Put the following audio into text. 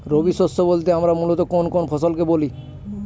রবি শস্য বলতে আমরা মূলত কোন কোন ফসল কে বলি?